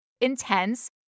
intense